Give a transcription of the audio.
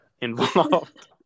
involved